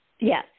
Yes